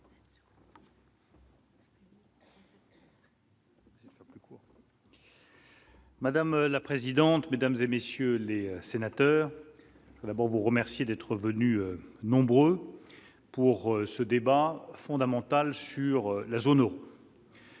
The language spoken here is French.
Madame la présidente, mesdames et messieurs les sénateurs, d'abord vous remercier d'être venus nombreux pour ce débat fondamental sur la zone Euro.